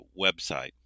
website